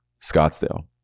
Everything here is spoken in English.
Scottsdale